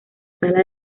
sala